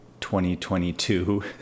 2022